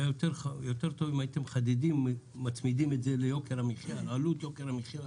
יותר טוב אם הייתם מצמידים את זה לעלות יוקר המחיה,